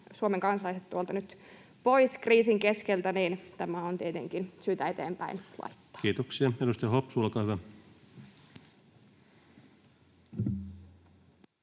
Suomen kansalaiset tuolta kriisin keskeltä nyt pois, niin tämä on tietenkin syytä eteenpäin laittaa. Kiitoksia. — Edustaja Hopsu, olkaa hyvä.